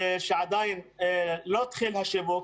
שעדיין לא התחיל השיווק.